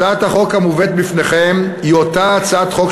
הצעת החוק המובאת בפניכם היא אותה הצעת חוק